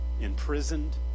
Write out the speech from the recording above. imprisoned